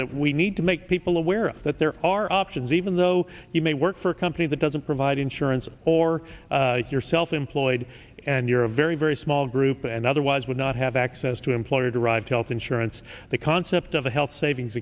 that we need to make people aware that there are options even though you may work for a company that doesn't provide insurance or you're self employed and your a very very small group and otherwise would not have access to employer derived health insurance the concept of a health savings